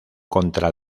contra